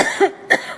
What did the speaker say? תעשי הפסקה.